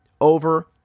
over